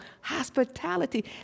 hospitality